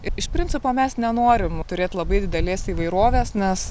iš principo mes nenorim turėt labai didelės įvairovės nes